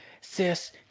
sis